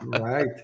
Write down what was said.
Right